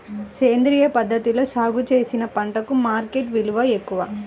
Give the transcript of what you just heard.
సేంద్రియ పద్ధతిలో సాగు చేసిన పంటలకు మార్కెట్ విలువ ఎక్కువ